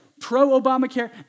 Pro-Obamacare